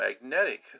magnetic